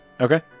Okay